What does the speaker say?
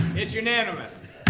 it's unanimous.